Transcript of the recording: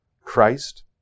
Christ